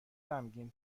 غمگین